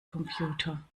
computer